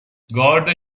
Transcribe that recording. گارد